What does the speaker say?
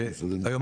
היום